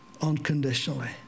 unconditionally